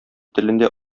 телендә